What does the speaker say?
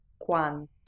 Quanto